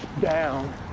down